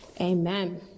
Amen